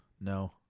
No